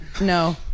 no